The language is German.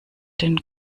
den